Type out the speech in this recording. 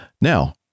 Now